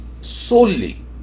solely